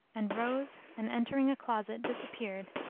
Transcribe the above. and rose and entering a closet disappeared,